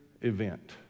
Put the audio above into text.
event